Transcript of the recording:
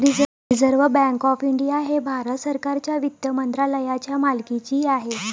reserve bank of India हे भारत सरकारच्या वित्त मंत्रालयाच्या मालकीचे आहे